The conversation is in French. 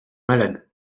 malade